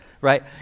Right